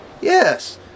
Yes